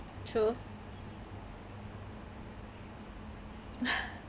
true